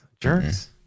jerks